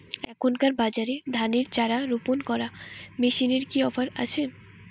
এখনকার বাজারে ধানের চারা রোপন করা মেশিনের কি অফার আছে?